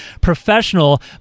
professional